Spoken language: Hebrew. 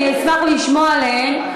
אני אשמח לשמוע על זה,